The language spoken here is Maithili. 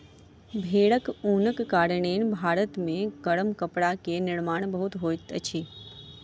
भेड़क ऊनक कारणेँ भारत मे गरम कपड़ा के निर्माण बहुत होइत अछि